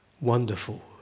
Wonderful